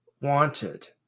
wanted